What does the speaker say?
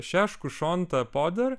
šeškų šontą poder